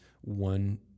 one